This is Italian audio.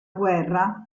guerra